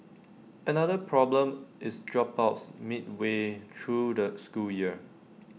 another problem is dropouts midway through the school year